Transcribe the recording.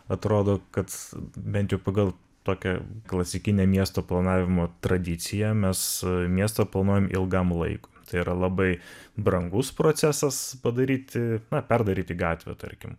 atrodo kad bent jau pagal tokią klasikinę miesto planavimo tradiciją mes miestą planuojam ilgam laikui tai yra labai brangus procesas padaryti na perdaryti gatvę tarkim